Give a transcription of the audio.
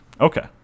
Okay